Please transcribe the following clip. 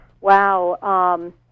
wow